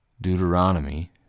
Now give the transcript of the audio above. deuteronomy